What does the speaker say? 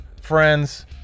friends